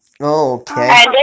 Okay